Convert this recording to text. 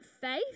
faith